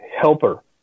helper